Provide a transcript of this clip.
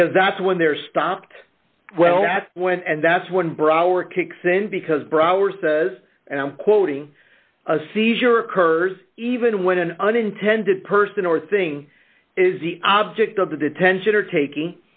because that's when they're stopped well that's when and that's when brower kicks in because broward says and i'm quoting a seizure occurs even when an unintended person or thing is the object of the detention or taking